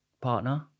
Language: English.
partner